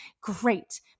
great